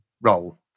role